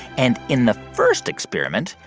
and in the first experiment.